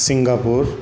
Singapore